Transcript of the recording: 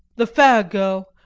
the fair girl,